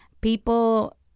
people